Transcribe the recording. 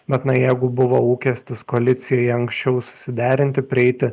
bet na jeigu buvo lūkestis koalicijai anksčiau susiderinti prieiti